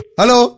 hello